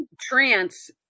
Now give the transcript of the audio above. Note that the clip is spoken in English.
trance